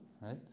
right